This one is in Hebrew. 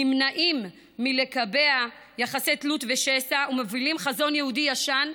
נמנעים מלקבע יחסי תלות ושסע ומובילים חזון יהודי ישן.